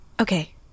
Okay